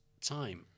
time